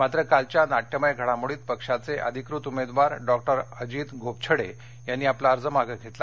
मात्र कालच्या नाट्यमय घडामोडीत पक्षाचे अधिकृत उमेदवार डॉक्टर अजित गोपछडे यांनी आपला अर्ज मागे घेतला